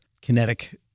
kinetic